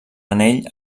anell